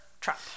Trump